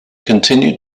continued